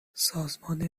سازمان